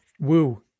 Woo